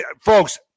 folks